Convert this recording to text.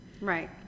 Right